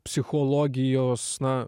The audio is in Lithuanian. psichologijos na